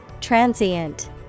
Transient